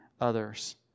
others